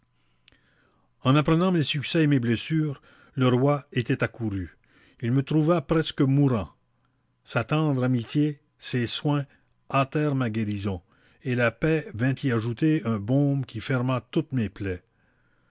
en apprenant mes succès et mes blessures le roi était accouru il me trouva presque mourant sa tendre amitié ses soins hâtèrent ma guérison et la paix vint y ajouter un beaume qui ferma toutes mes plaies